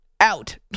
out